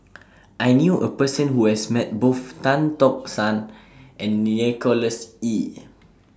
I knew A Person Who has Met Both Tan Tock San and Nicholas Ee